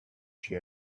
she